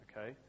okay